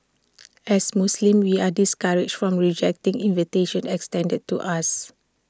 as Muslims we are discouraged from rejecting invitations extended to us